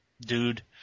dude